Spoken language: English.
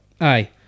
Aye